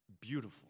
beautiful